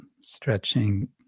stretching